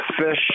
fish